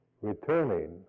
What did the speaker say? returning